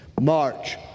March